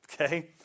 okay